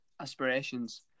aspirations